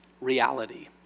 reality